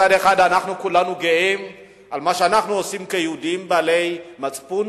מצד אחד כולנו גאים על מה שאנחנו עושים כיהודים בעלי מצפון,